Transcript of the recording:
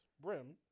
brim